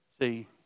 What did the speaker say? See